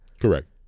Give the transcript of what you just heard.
Correct